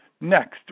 Next